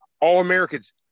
All-Americans